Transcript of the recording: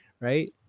Right